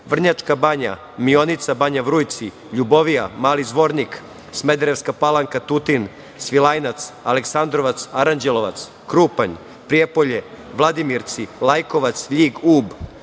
Vrnjačka Banja, Mionica, Banja Vrujci, Ljubovija, Mali Zvornik, Smederevska Palanka, Tutin, Svilajnac, Aleksandrovac, Aranđelovac, Krupanj, Prijepolje, Vladimirci, Lajkovac, Ljig, Ub,